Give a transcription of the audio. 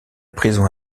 prison